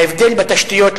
ההבדל בתשתיות,